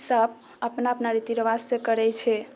सभ अपना अपना रीति रिवाज सँ करै छै